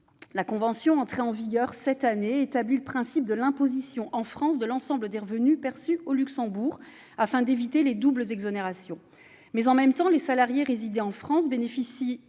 La convention, entrée en vigueur cette année, établit le principe de l'imposition en France de l'ensemble des revenus perçus au Luxembourg, afin d'éviter les doubles exonérations. Mais, en même temps, les salariés résidant en France bénéficient